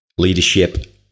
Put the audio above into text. leadership